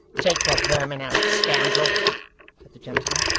take the vermin out, scoundrel said the gentleman,